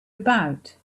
about